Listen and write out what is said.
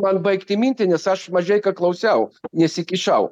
man baigti mintį nes aš mažeika klausiau nesikišau